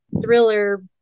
thriller